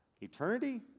eternity